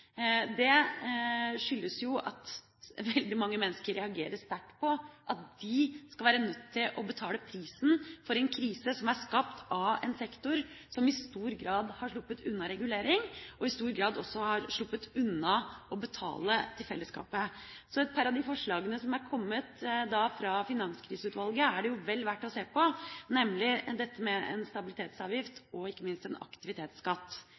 Det skyldes at veldig mange mennesker reagerer sterkt på at de skal være nødt til å betale prisen for en krise som er skapt av en sektor som i stor grad har sluppet unna regulering, og i stor grad også har sluppet unna å betale til fellesskapet. Så et par av de forslagene som har kommet fra Finanskriseutvalget, er det vel verdt å se på, nemlig dette med en stabilitetsavgift og ikke minst en aktivitetsskatt.